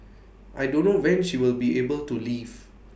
I don't know when she will be able to leave